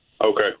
okay